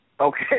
okay